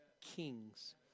kings